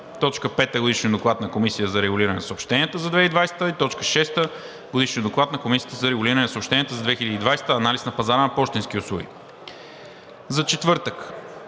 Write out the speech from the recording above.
за четвъртък,